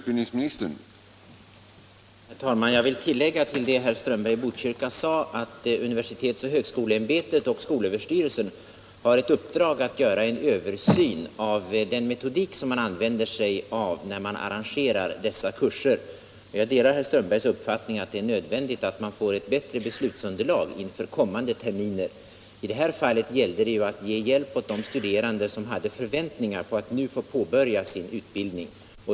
Herr talman! Jag vill tillägga till det herr Strömberg i Botkyrka sade att universitet och högskoleämbetet samt skolöverstyrelsen har ett uppdrag att göra en översyn av den metodik som man använder sig av när man arrangerar dessa kurser. Jag delar herr Strömbergs uppfattning att det är nödvändigt att få ett bättre beslutsunderlag inför kommande terminer. I det här fallet gällde det ju att ge hjälp åt de studerande som hade förväntningar på att få påbörja sin utbildning.